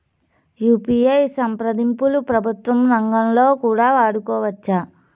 UPI సంప్రదింపులు ప్రభుత్వ రంగంలో కూడా వాడుకోవచ్చా?